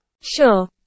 Sure